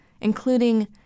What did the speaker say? including